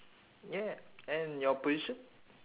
ya and your position